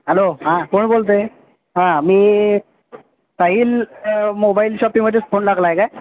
hello हां कोण बोलतं आहे हां मी साहिल मोबाईल शॉपिमध्येच फोन लागला आहे का